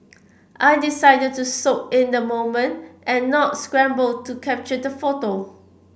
I decided to soak in the moment and not scramble to capture the photo